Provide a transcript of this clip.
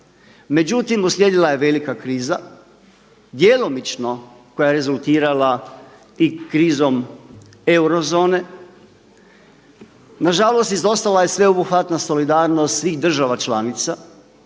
Međutim, uslijedila je velika kriza, djelomično koja je rezultirala i krizom euro zone. Na žalost izostala je sveobuhvatna solidarnost svih država članica.